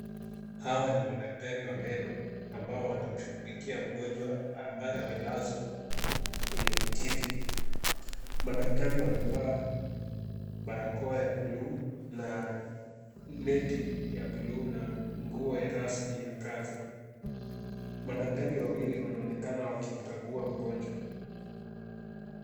Hawa ni madaktari wa meno ambao wanamshughulikia mgonjwa ambaye amelazwa kwenye kiti. Madaktari wamevaa barakoa ya buluu na neti ya blue na nguo rasmi ya kazi. Madaktari wawili wanaonekana wakimkagua mgonjwa.